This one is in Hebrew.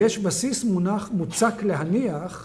‫יש בסיס מונח מוצק להניח...